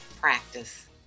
Practice